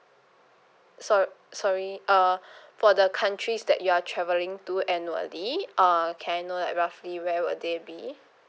so~ sorry uh for the countries that you are travelling to annually uh can I know like roughly where will they be